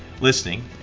listening